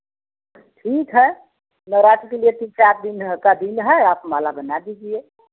ठीक है नवरात्र के लिए तीन चार दिन का दिन है आप माला बना दीजिए